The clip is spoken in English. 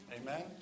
Amen